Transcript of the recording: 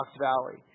Valley